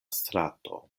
strato